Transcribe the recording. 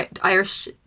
Irish